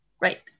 Right